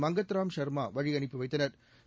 மங்கத்ராம் சா்மா வழியனுப்பி வைத்தனா்